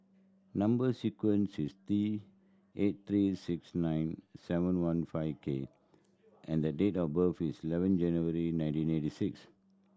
number sequence is T eight three six nine seven one five K and the date of birth is eleven January nineteen eighty six